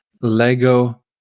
Lego